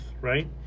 right